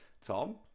Tom